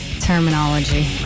terminology